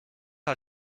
hat